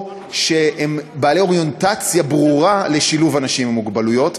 או בעלי אוריינטציה ברורה לשילוב אנשים עם מוגבלות,